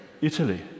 Italy